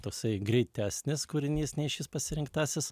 toksai greitesnis kūrinys nei šis pasirinktasis